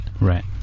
Right